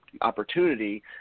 opportunity